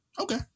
okay